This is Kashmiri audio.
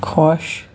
خوش